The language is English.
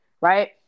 right